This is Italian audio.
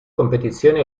competizioni